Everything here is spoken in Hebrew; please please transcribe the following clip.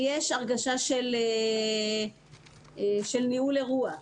יש הרגשה של ניהול אירוע.